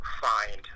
find